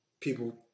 people